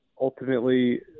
ultimately